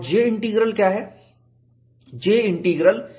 और J integral क्या है